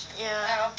ya